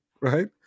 right